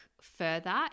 further